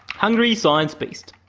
hungry science beast.